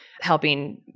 helping